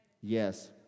Yes